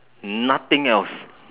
nothing else